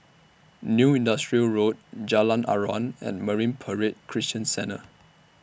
New Industrial Road Jalan Aruan and Marine Parade Christian Centre